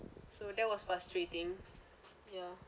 so that was frustrating ya